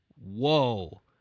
Whoa